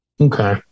Okay